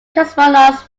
cosmonauts